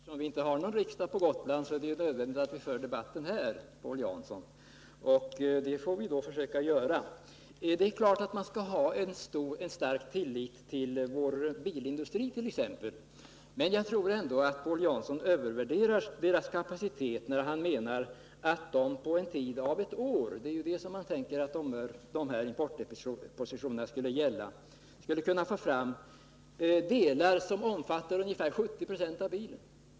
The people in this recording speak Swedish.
Herr talman! Eftersom vi inte har någon riksdag på Gotland är det nödvändigt att vi för debatten här, Paul Jansson, och det får vi alltså försöka göra. Det är klart att vi skall ha en stark tillit till exempelvis vår bilindustri, men jag tror ändå att Paul Jansson övervärderar dess kapacitet när han menar att den på en tid av ett år — det är ju så länge man tänker sig att importdepositionerna skulle gälla — skulle kunna få fram delar som omfattar ungefär 70 96 av bilen.